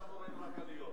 אנחנו ראינו רק עליות.